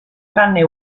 tranne